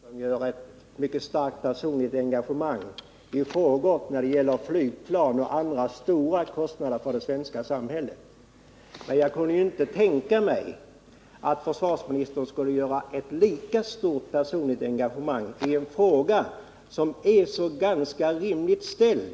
Herr talman! Jag kan förstå om försvarsministern visar ett mycket stort personligt engagemang i frågor som gäller flygplan och andra stora kostnader för det svenska samhället. Men jag kunde inte tänka mig att försvarsministern skulle visa ett lika stort personligt engagemang när det gäller en framställd fråga som är så rimlig som denna.